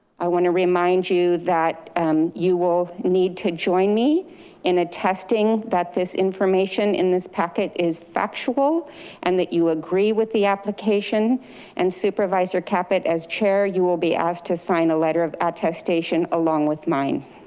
i want to remind you that um you will need to join me in attesting that this information in this packet is factual and that you agree with the application and supervisor caput as chair, you will be asked to sign a letter of attestation along with mine.